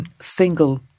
single